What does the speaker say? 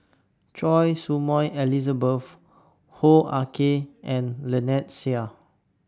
Choy Su Moi Elizabeth Hoo Ah Kay and Lynnette Seah